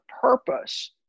purpose